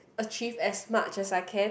achieve as much as I can